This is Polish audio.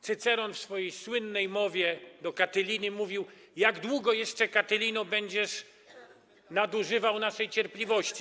Cyceron w swojej słynnej mowie przeciwko Katylinie mówił: Jak długo jeszcze, Katylino, będziesz nadużywał naszej cierpliwości?